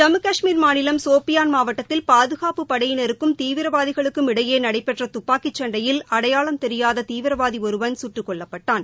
ஜம்மு காஷ்மீர் மாநிலம் சோபியான் மாவட்டத்தில் பாதுகாப்புப் படையினருக்கும் தீவிரவாதிகளுக்கும் இடையே நடைபெற்ற துப்பாக்கிச் சண்டையில் அடையாளம் தெரியாத தீவிரவாதி ஒருவன் சுட்டுக் கொல்லப்பட்டான்